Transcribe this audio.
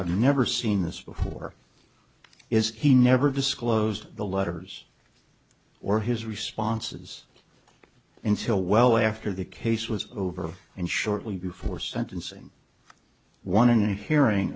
i've never seen this before is he never disclosed the letters or his responses in stilwell way after the case was over and shortly before sentencing one and hearing